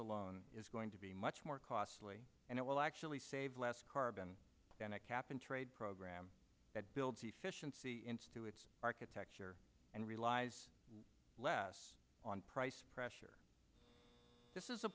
alone is going to be much more costly and it will actually save less carbon than a cap and trade program that builds efficiency in stew its architecture and relies less on price pressure this is a